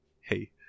Hey